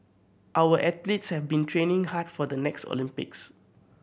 our athletes have been training hard for the next Olympics